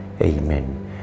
Amen